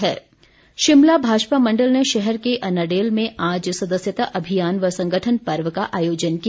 शिमला भाजपा शिमला भाजपा मण्डल ने शहर के अन्नाडेल में आज सदस्यता अभियान व संगठन पर्व का आयोजन किया